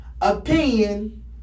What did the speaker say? opinion